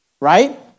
Right